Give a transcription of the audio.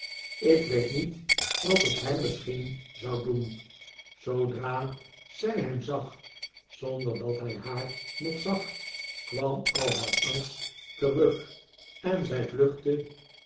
ik weet niet wat ik hem misschien zou doen zoodra zij hem zag zonder dat hij haar nog zag kwam al haar angst terug en zij vluchtte